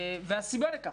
והסיבה לכך,